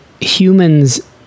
humans